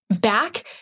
back